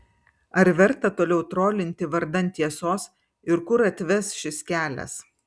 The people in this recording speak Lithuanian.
ar verta toliau trolinti vardan tiesos ir kur atves šis kelias